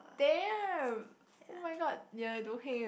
damn [oh]-my-god ya I don't care ah